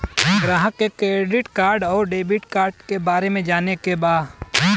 ग्राहक के credit card और डेविड कार्ड के बारे में जाने के बा?